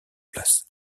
place